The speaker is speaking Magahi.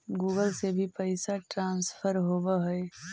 गुगल से भी पैसा ट्रांसफर होवहै?